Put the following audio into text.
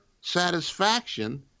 satisfaction